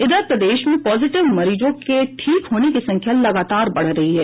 इधर प्रदेश में पॉजिटिव मरीजों के ठीक होने की संख्या लगातार बढ रही है